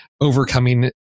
overcoming